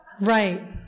Right